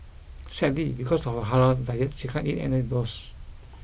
sadly because of her halal diet she can't eat any of those